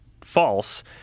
false